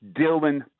Dylan